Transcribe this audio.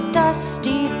dusty